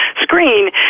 screen